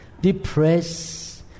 depressed